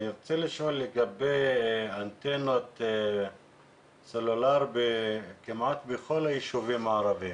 אני רוצה לשאול לגבי אנטנות סלולריות ביישובים הערביים.